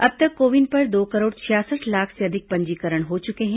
अब तक CoWIN पर दो करोड़ छियासठ लाख से अधिक पंजीकरण हो चुके हैं